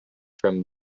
from